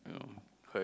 hurt